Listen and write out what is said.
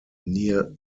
near